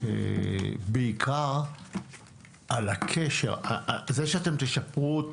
בעיקר על הקשר זה שאתם תשפרו,